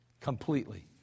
completely